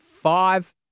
Five